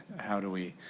how do we